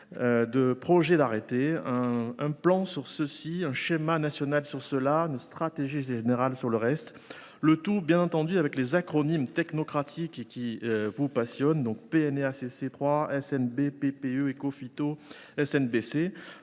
de projets d’arrêté, un plan sur ceci, un schéma national sur cela, une stratégie générale sur le reste…le tout avec, bien entendu, les sigles et acronymes technocratiques qui vous passionnent : Pnacc3, SNB, PPE, Écophyto, SNBC…